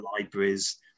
libraries